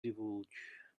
divulge